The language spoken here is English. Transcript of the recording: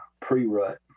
pre-rut